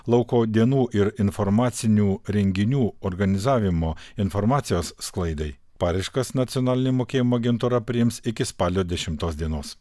lauko dienų ir informacinių renginių organizavimo informacijos sklaidai paraiškas nacionalinė mokėjimo agentūra priims iki spalio dešimtos dienos